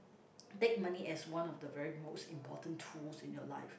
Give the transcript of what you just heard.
take money as one of the very most important tools in your life